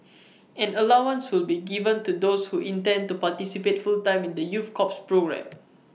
an allowance will be given to those who intend to participate full time in the youth corps programme